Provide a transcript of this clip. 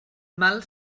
mal